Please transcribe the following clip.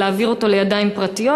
להעביר אותו לידיים פרטיות,